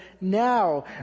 now